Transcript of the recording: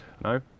No